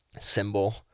symbol